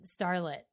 Starlet